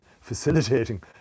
facilitating